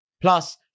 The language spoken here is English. Plus